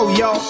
yo